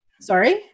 Sorry